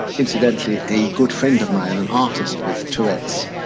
incidentally a good friend of mine, an artist with tourette's,